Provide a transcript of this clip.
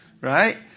right